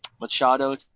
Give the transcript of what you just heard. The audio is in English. Machado